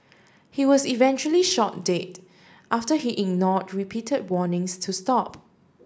he was eventually shot dead after he ignored repeated warnings to stop